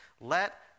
Let